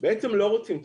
בעצם לא רוצים תחרות.